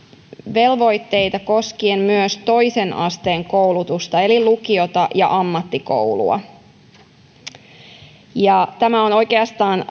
velvoitteita koskien myös toisen asteen koulutusta eli lukiota ja ammattikoulua tämä on oikeastaan